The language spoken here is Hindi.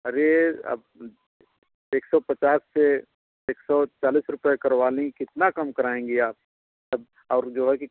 अरे अब एक सौ पचास से एक सौ चालीस रुपए करवा लीं कितना कम कराएंगी आप अब और जो है कि